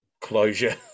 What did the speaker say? closure